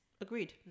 Agreed